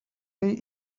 chi